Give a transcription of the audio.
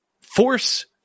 force